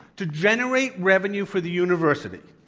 to generate revenue for the university.